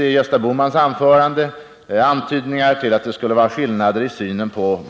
I Gösta Bohmans anförande fanns antydningar om att det skulle existera skillnader i synen på